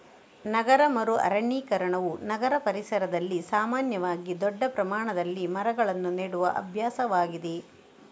ನಗರ ಮರು ಅರಣ್ಯೀಕರಣವು ನಗರ ಪರಿಸರದಲ್ಲಿ ಸಾಮಾನ್ಯವಾಗಿ ದೊಡ್ಡ ಪ್ರಮಾಣದಲ್ಲಿ ಮರಗಳನ್ನು ನೆಡುವ ಅಭ್ಯಾಸವಾಗಿದೆ